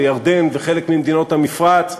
ירדן וחלק ממדינות המפרץ.